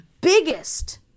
biggest